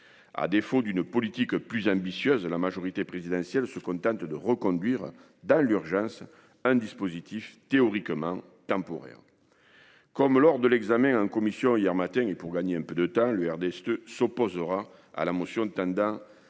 À défaut d'une politique plus ambitieuse, la majorité présidentielle se contente de reconduire, dans l'urgence, un dispositif théoriquement temporaire. Comme lors de l'examen en commission hier matin, le RDSE s'opposera à la motion tendant